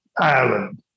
Ireland